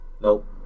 nope